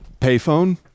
payphone